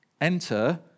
Enter